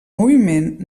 moviment